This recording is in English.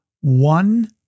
one